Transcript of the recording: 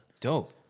Dope